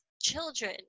children